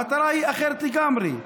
המטרה היא אחרת לגמרי.